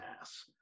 ass